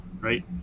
right